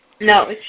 No